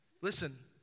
Listen